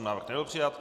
Návrh nebyl přijat.